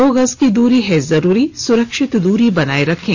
दो गज की दूरी है जरूरी सुरक्षित दूरी बनाए रखें